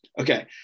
Okay